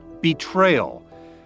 betrayal